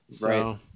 Right